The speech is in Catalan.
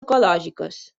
ecològiques